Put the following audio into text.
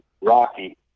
Rocky